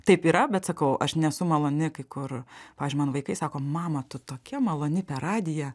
taip yra bet sakau aš nesu maloni kai kur pavyzdžiui mano vaikai sako mama tu tokia maloni per radiją